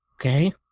Okay